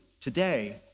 today